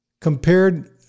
compared